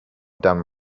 dumb